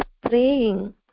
praying